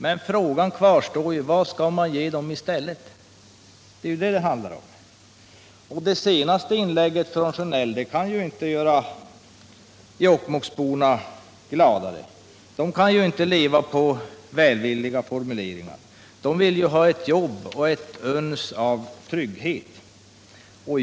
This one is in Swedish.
Men frågan kvarstår ju: Vad skall man ge Jokkmokk i stället? Och det är ju detta det handlar om. Det senaste inlägget från Sjönell kan inte göra Jokkmokksborna gladare. De kan ju inte leva på välvilliga formuleringar. De vill ha jobb och ett uns av trygghet.